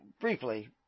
briefly